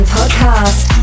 Podcast